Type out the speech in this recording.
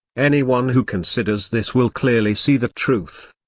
anyone who considers this will clearly see the truth.